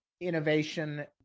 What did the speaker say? innovation